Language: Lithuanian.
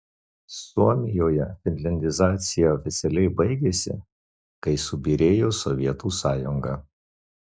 suomijoje finliandizacija oficialiai baigėsi kai subyrėjo sovietų sąjunga